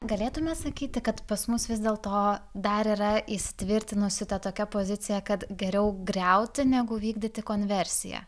galėtume sakyti kad pas mus vis dėl to dar yra įsitvirtinusi tokia pozicija kad geriau griauti negu vykdyti konversiją